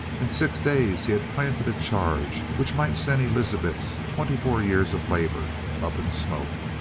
in six days he had planted a charge which might send elizabeth's twenty-four years of labor up in smoke.